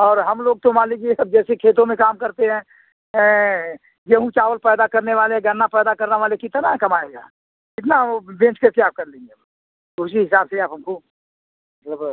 और हम लोग तो मान लीजिए ये सब जैसे खेतों में काम करते हैं गेहूँ चावल पैदा करने वाले गन्ना पैदा करने वाले कितना कमाएगा कितना वो बेच करके आप कर लेंगे तो उसी हिसाब से आप हमको मतलब